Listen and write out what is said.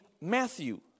Matthew